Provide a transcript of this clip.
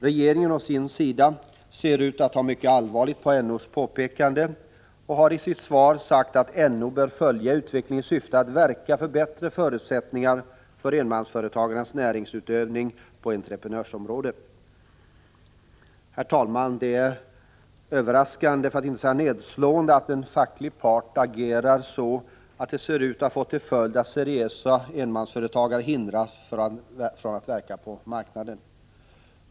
Regeringen å sin sida ser ut att ta mycket allvarligt på NO:s påpekande och har i sitt svar sagt att NO bör följa utvecklingen i syfte att verka för bättre förutsättningar för enmansföretagens näringsutövning på entreprenadområdet. Herr talman! Det är överraskande för att inte säga nedslående att en facklig part agerar så, att det ser ut att få till följd att seriösa enmansföretagare hindras från att verka på marknaden.